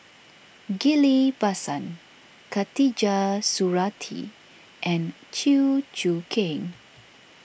Ghillie Basan Khatijah Surattee and Chew Choo Keng